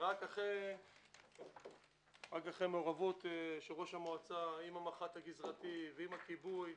רק אחרי מעורבות של ראש המועצה עם המח"ט הגזרתי ועם הכיבוי,